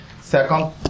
Second